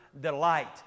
delight